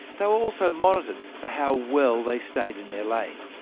they were also monitored for how well they stayed in their lane.